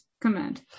command